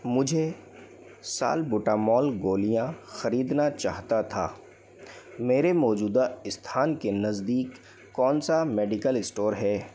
मुझे सालबुटामॉल गोलियाँ खरीदना चाहता था मेरे मौजूदा स्थान के नज़दीक कौन सा मेडिकल स्टोर है